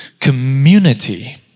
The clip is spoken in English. community